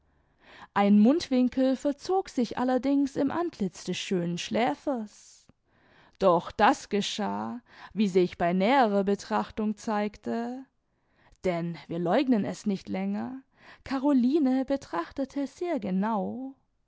ein mundwinkel verzog sich allerdings im antlitz des schönen schläfers doch das geschah wie sich bei näherer betrachtung zeigte denn wir leugnen es nicht länger caroline betrachtete sehr genau